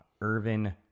Irvin